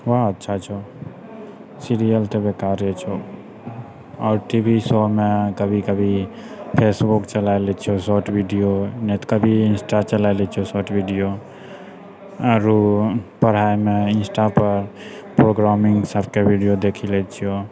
ओ अच्छा छौ सिरियल तऽ बेकारे छौ आओर टी वी शोमे कभी कभी फेसबुक चला लै छियौ शार्ट विडियो ने तऽ कभी इन्स्टा चला लै छियौ शार्ट विडियो आरो पढ़ाईमे इन्स्टापर प्रोग्रामिंग सबके विडियो देखी लै छियौ